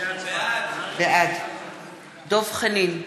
בעד דב חנין,